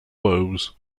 woes